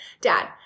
dad